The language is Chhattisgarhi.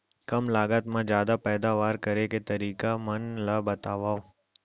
कम लागत मा जादा पैदावार करे के तरीका मन ला बतावव?